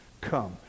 come